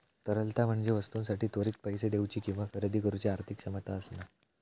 तरलता म्हणजे वस्तूंसाठी त्वरित पैसो देउची किंवा खरेदी करुची आर्थिक क्षमता असणा